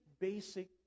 basic